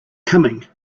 coming